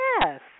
Yes